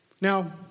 Now